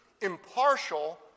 impartial